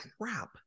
crap